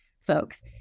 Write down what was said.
folks